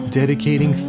dedicating